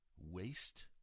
waste